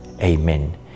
Amen